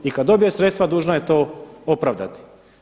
I kad dobije sredstva dužna je to opravdati.